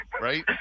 Right